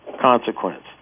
consequence